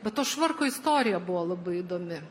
bet to švarko istorija buvo labai įdomi